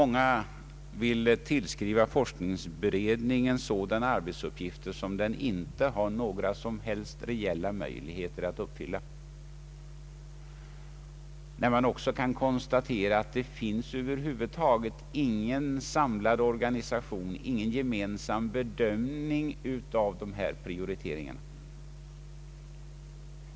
Många vill tillskriva den sådana arbetsuppgifter, som den inte har några som helst reella möjligheter att uppfylla. Man kan också konstatera att det över huvud taget inte finns någon samlad organisation, ingen gemensam bedömning av prioriteringen.